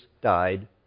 died